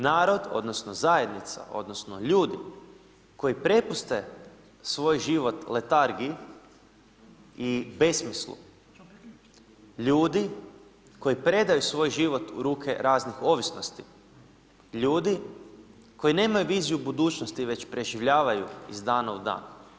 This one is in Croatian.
Narod odnosno zajednica odnosno ljudi koji prepuste svoj život letargiji i besmislu, ljudi koji predaju svoj život u ruke raznih ovisnosti, ljudi koji nemaju viziju budućnosti već preživljavaju iz dana u dan.